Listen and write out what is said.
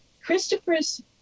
Christopher's